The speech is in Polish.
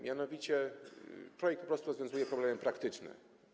Mianowicie, projekt po prostu rozwiązuje problemy praktyczne.